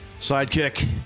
sidekick